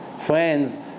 friends